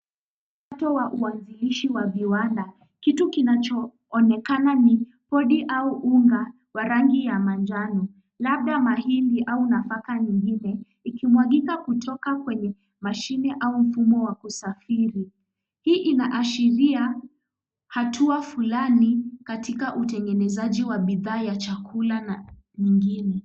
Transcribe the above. Mwanzo wa uwakilishi wa viwanda kitu kinachoonekana ni podi au unga wa rangi ya manjano labda mahindi au nafaka nyingine ikimwagika kutoka kwenye mashine au mfumo wa kusafiri. Hii inaashiria hatua fulani katika utengenezaji wa bidhaa ya chakula na nyingine.